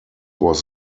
was